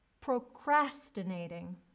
Procrastinating